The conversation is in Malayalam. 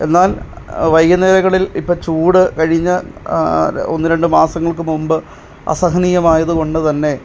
എന്നാൽ വൈകുന്നേരങ്ങളിൽ ഇപ്പോള് ചൂട് കഴിഞ്ഞ ഒന്നു രണ്ടു മാസങ്ങൾക്ക് മുൻപ് അസഹനീയമായതുകൊണ്ടു തന്നെ